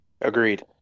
Agreed